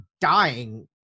dying